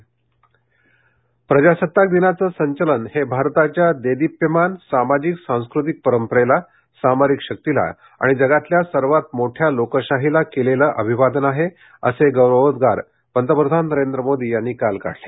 पंतप्रधान प्रजासत्ताक दिनाचं संचलन हे भारताच्या देदीप्यमान सामाजिक सांस्कृतिक परंपरेला सामरिक शक्तीला आणि जगातल्या सर्वात मोठ्या लोकशाहीला केलेलं अभिवादन आहे असे गौरवोद्वार पंतप्रधान नरेंद्र मोदी यांनी काल काढले